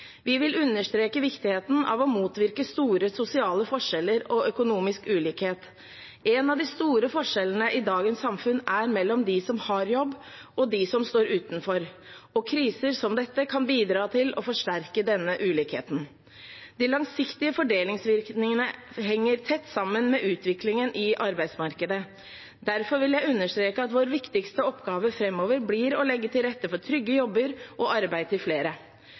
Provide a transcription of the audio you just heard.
Vi vil understreke viktigheten av å motvirke store sosiale forskjeller og økonomisk ulikhet. En av de store forskjellene i dagens samfunn er mellom dem som har jobb, og dem som står utenfor – og kriser som dette kan bidra til å forsterke denne ulikheten. De langsiktige fordelingsvirkningene henger tett sammen med utviklingen i arbeidsmarkedet. Derfor vil jeg understreke at vår viktigste oppgave framover blir å legge til rette for trygge jobber og arbeid til flere.